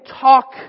talk